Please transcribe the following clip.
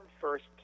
first